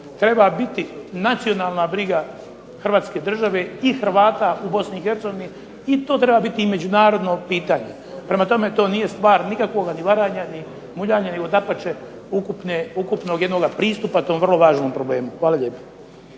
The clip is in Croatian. treba biti nacionalna briga Hrvatske države i Hrvata u Bosni i Hercegovini i to treba biti međunarodno pitanje. Prema tome, to nije stvar nikakvoga ni varanja, ni muljanja, nego dapače ukupnog jednog pristupa tom vrlo važnom problemu. Hvala lijepo.